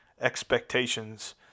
expectations